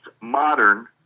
modern